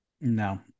no